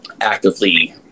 actively